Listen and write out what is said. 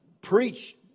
preached